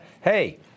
Hey